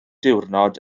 diwrnod